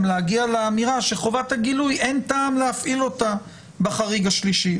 להגיע לאמירה שחובת הגילוי אין טעם להפעיל אותה בחריג השלישי.